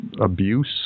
abuse